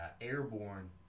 airborne